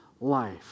life